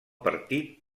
partit